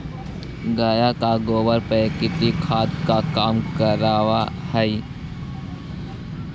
गाय का गोबर प्राकृतिक खाद का काम करअ हई